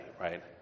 right